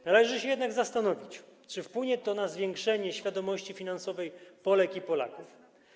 Należy się jednak zastanowić, czy wpłynie to na zwiększenie świadomości finansowej Polek i Polaków.